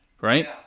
Right